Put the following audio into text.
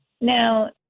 Now